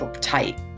tight